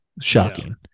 shocking